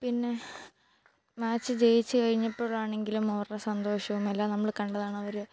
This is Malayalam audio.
പിന്നെ മാച്ച് ജയിച്ചു കഴിഞ്ഞപ്പോഴാണെങ്കിലും അവരുടെ സന്തോഷവും എല്ലാം നമ്മൾ കണ്ടതാണ് അവർ